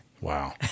Wow